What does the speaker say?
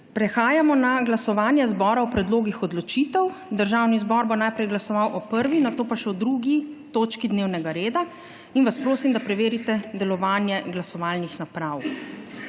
Prehajamo na glasovanje zbora o predlogih odločitev, Državni zbor bo najprej glasoval o prvi, nato pa še o drugi točki dnevnega reda. Prosim, da preverite delovanje glasovalnih naprav.